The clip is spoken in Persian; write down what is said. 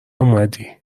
اومدی